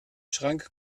schrank